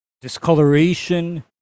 discoloration